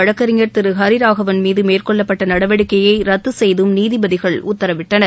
வழக்கறிஞர் திரு ஹரிராகவன் மீது மேற்கொள்ளப்பட்ட நடவடிக்கையை ரத்து செய்தும் நீதிபதிகள் உத்தரவிட்டனர்